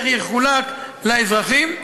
איך יחולק לאזרחים.